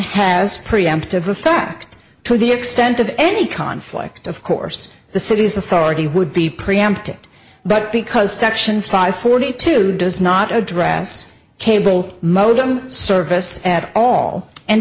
has preemptive refract to the extent of any conflict of course the city's authority would be preempted but because section five forty two does not address cable modem service at all and